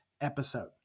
episode